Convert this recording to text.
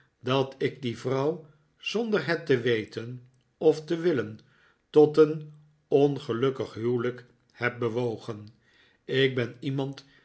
dat ik die vrouw zonder het te weten of te willen tot een ongelukkig huwelijk heb bewogen ik ben iemand